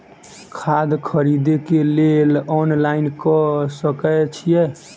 खाद खरीदे केँ लेल ऑनलाइन कऽ सकय छीयै?